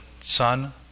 son